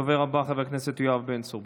הדובר הבא, חבר הכנסת יואב בן צור,